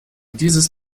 dieses